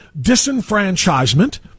disenfranchisement